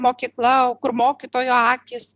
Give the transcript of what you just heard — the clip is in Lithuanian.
mokykla kur mokytojo akys